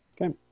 Okay